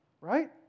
Right